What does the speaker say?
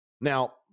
now